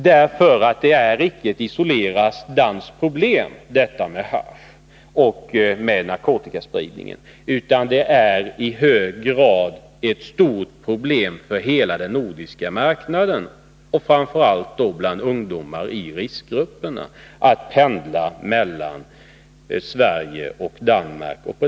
Haschoch narkotikaspridningen är nämligen icke ett isolerat danskt problem, utan det är ett stort problem för hela den nordiska marknaden, framför allt bland ungdomar i riskgrupperna som pendlar mellan Sverige och Danmark.